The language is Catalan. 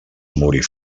morir